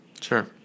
Sure